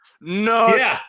No